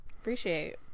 Appreciate